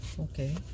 Okay